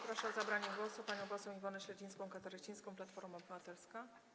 Proszę o zabranie głosu panią poseł Iwonę Śledzińską-Katarasińską, Platforma Obywatelska.